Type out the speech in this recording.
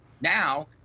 now